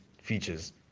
features